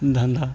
धन्धा